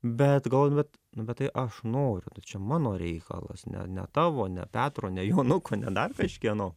bet galvoju nu bet nu tai bet tai aš noriu nu čia mano reikalas ne ne tavo ne petro ne jonuko ne dar kažkieno